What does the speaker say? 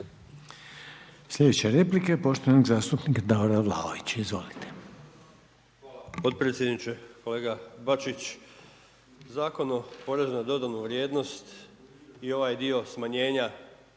Sljedeća replika je poštovanog zastupnika Davora Vlaovića, izvolite.